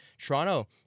Toronto